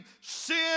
sin